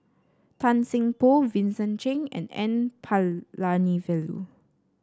Tan Seng Poh Vincent Cheng and N Palanivelu